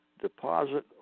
deposit